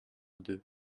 deux